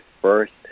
first